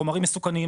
חומרים מסוכנים,